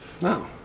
No